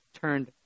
turned